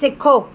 सिखो